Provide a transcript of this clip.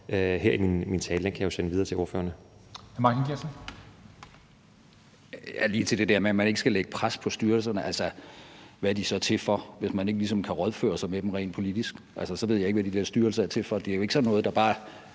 (Henrik Dam Kristensen): Hr. Martin Geertsen. Kl. 11:07 Martin Geertsen (V): Lige til det der med, at man ikke skal lægge pres på styrelserne: Altså, hvad er de så til for, hvis man ikke ligesom kan rådføre sig med dem rent politisk? Så ved jeg ikke, hvad de der styrelser er til for. Det er jo ikke sådan noget, der bare